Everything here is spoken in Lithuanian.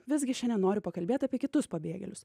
visgi šiandien noriu pakalbėt apie kitus pabėgėlius